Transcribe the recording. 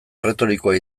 erretorikoa